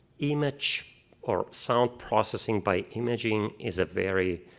image or sound processing by imaging is a very